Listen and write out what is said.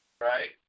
Right